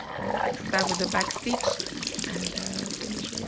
and like start with the back stitch and finish